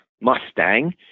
Mustang